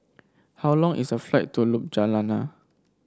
how long is the flight to Ljubljana